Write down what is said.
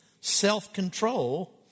Self-control